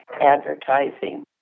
advertising